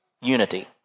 unity